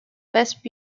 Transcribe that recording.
best